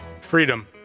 Freedom